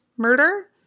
Murder